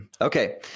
Okay